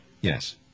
Yes